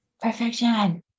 Perfection